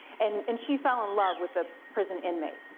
and and she fell in love with a prison inmate.